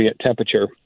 temperature